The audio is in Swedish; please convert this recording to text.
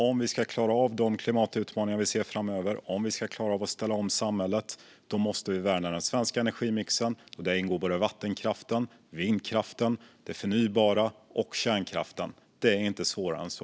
Om vi ska klara av de klimatutmaningar som vi ser framöver och klara av att ställa om samhället måste vi värna den svenska energimixen, och där ingår vattenkraften, vindkraften, det förnybara och kärnkraften. Det är inte svårare än så.